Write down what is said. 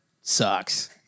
sucks